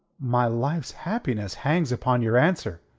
my life's happiness hangs upon your answer.